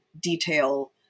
detail